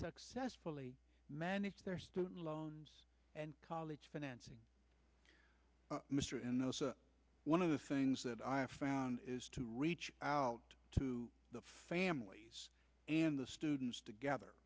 successfully manage their student loans and college financing mr innes one of the things that i have found is to reach out to the families and the students together